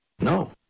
No